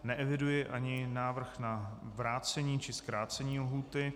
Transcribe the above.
Neeviduji ani návrh na vrácení či zkrácení lhůty.